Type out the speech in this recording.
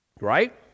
Right